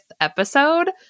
episode